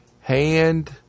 hand